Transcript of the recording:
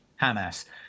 Hamas